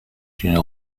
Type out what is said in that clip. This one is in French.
une